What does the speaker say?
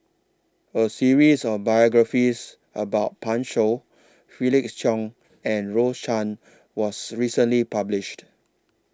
A series of biographies about Pan Shou Felix Cheong and Rose Chan was recently published